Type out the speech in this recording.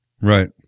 Right